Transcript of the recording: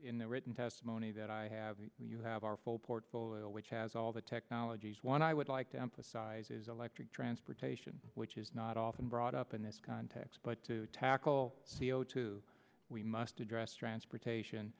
in the written testimony that i have you have our full portfolio which has all the technologies what i would like to emphasize is electric transportation which is not often brought up in this context but to tackle c o two we must address transportation